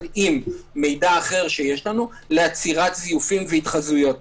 עם מידע אחר שיש לנו לעצירת זיופים והתחזויות,